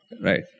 Right